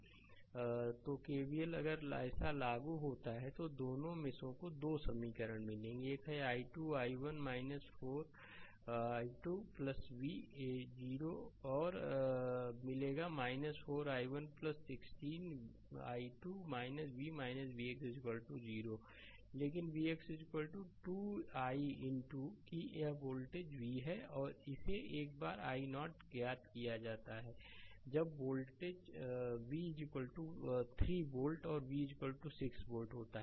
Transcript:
slide समय देखें 0725 तो KVL अगर ऐसा लागू होता है तो दोनों मेषों को 2 समीकरण मिलेंगे एक है 12 i1 4 l 2 v a 0 और फिर मिलेगा 4 i1 16 i2 v vx 0 लेकिन vx 2 i कि यह वोल्टेज v है और इसे एक बार i0 ज्ञात किया जाता है जब v 3 वोल्ट और v 6 वोल्ट होता है